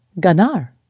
Ganar